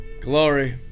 Glory